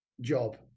job